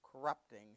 corrupting